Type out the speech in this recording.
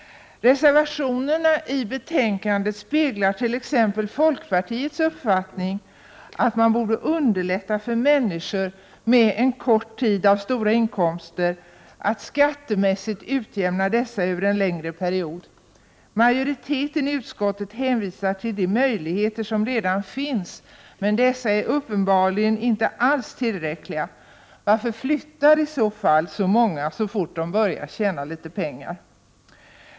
Reservationerna i betänkandet speglar t.ex. folkpartiets uppfattning, att man borde underlätta för människor som under en kort tid har stora inkomster att skattemässigt utjämna dessa över en längre period. Majoriteten i utskottet hänvisar till de möjligheter som redan finns. Men dessa är uppenbarligen inte alls tillräckliga. Varför flyttar i så fall så många så fort de börjar tjäna litet pengar?